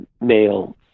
male